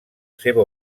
seva